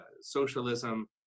socialism